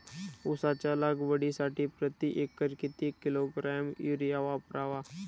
उसाच्या लागवडीसाठी प्रति एकर किती किलोग्रॅम युरिया वापरावा?